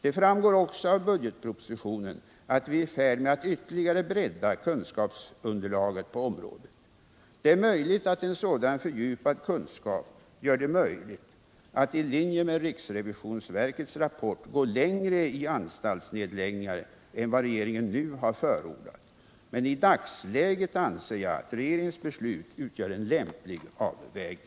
Som framgår av budgetpropositionen är vi också i färd med att ytterligare bredda kunskapsunderlaget på området. Det är tänkbart att en sådan fördjupad kunskap gör det möjligt att — i linje med riksrevisionsverkets rapport — gå längre i anstaltsnedläggningar än vad regeringen nu har förordat. I dagsläget anser jag dock att regeringens beslut utgör en lämplig avvägning.